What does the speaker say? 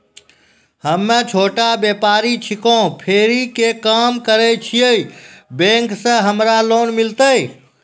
हम्मे छोटा व्यपारी छिकौं, फेरी के काम करे छियै, बैंक से हमरा लोन मिलतै?